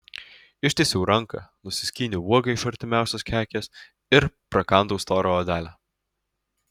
ištiesiau ranką nusiskyniau uogą iš artimiausios kekės ir prakandau storą odelę